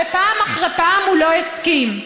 ופעם אחרי פעם הוא לא הסכים.